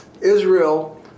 Israel